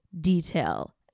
detail